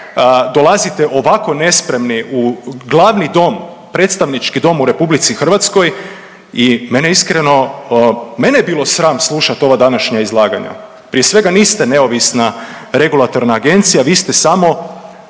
dolazite ovako nespremni u glavni dom, predstavnički dom u RH i mene iskreno, mene je bilo sram slušat ova današnja izlaganja. Prije svega, niste neovisna regulatorna agencija, vi ste samo